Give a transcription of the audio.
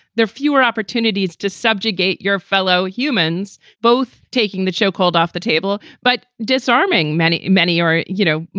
there are fewer opportunities to subjugate your fellow humans, both taking the chokehold off the table, but disarming many, many are, you know,